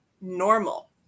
normal